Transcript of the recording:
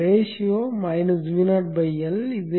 விகிதம் Vo L இது